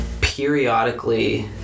periodically